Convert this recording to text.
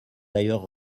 d’ailleurs